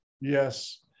Yes